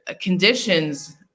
conditions